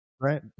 Right